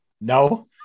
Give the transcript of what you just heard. no